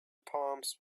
palms